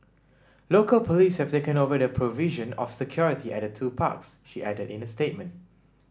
local police have taken over the provision of security at the two parks she added in a statement